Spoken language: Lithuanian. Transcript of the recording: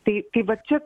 tai tai vat čia